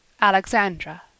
Alexandra